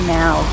now